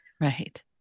Right